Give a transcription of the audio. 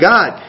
God